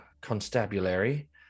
constabulary